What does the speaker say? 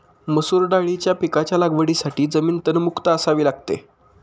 मसूर दाळीच्या पिकाच्या लागवडीसाठी जमीन तणमुक्त असावी लागते